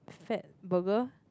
fatburger